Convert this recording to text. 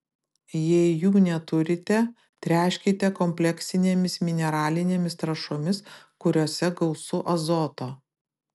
jei jų neturite tręškite kompleksinėmis mineralinėmis trąšomis kuriose gausiau azoto